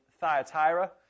Thyatira